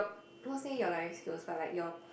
not say you're very skills but like your